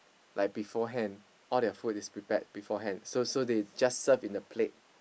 like beforehand all their food is prepared beforehand so so they just serve in a plate